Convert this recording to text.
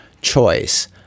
choice